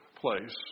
place